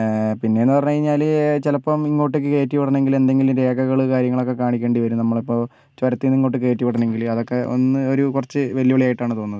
പിന്നേന്ന് പറഞ്ഞുകഴിഞ്ഞാൽ ചിലപ്പം ഇങ്ങോട്ടേക്ക് കയറ്റി വിടണമെങ്കിൽ എന്തെങ്കിലും രേഖകൾ കാര്യങ്ങളൊക്കേ കാണിക്കേണ്ടിവരും നമ്മൾ അപ്പോൾ ചുരത്തീന്ന് ഇങ്ങോട്ട് കയറ്റി വിടണമെങ്കിൽ അതൊക്കേ ഒന്ന് ഒരു കുറച്ച് വെല്ലുവിളിയായിട്ടാണ് തോന്നുന്നത്